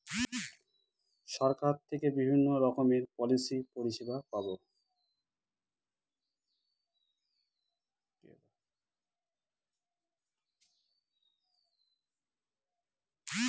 সরকার থেকে বিভিন্ন রকমের পলিসি পরিষেবা পাবো